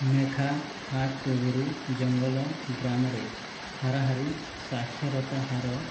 ମେଘା ହାଟରୁ ଜଙ୍ଗଲ ଗ୍ରାମରେ ହାରାହାରି ସ୍ଵାକ୍ଷରତା ହାର